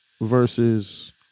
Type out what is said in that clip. versus